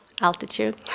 altitude